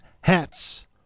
hats